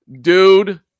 Dude